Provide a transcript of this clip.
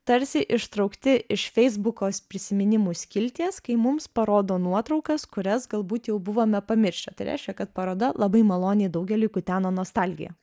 tarsi ištraukti iš feisbukos prisiminimų skilties kai mums parodo nuotraukas kurias galbūt jau buvome pamiršę tai reiškia kad paroda labai maloniai daugeliui kuteno nostalgija